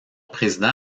président